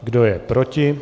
Kdo je proti?